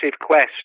quest